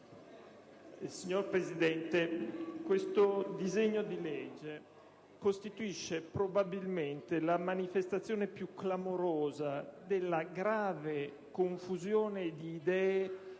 suo contenuto. Questo disegno di legge costituisce probabilmente la manifestazione più clamorosa della grave confusione di idee